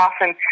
often